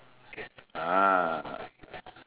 ah